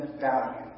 value